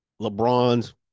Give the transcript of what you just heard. LeBron's